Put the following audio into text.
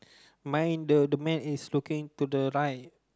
mine the the man is looking to the right